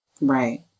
Right